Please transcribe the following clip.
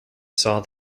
saw